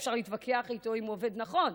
אפשר להתווכח איתו אם הוא עובד נכון.